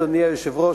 אדוני היושב-ראש,